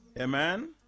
Amen